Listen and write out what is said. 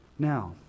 Now